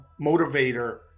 motivator